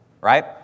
Right